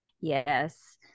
yes